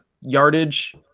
yardage